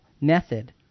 method